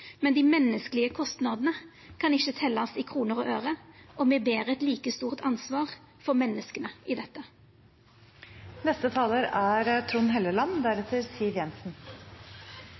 men dei menneskelege kostnadene kan ikkje teljast i kroner og øre, og me ber eit like stort ansvar for menneska i dette.